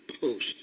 post